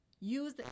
Use